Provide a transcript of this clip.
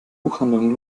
buchhandlung